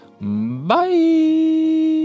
bye